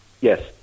Yes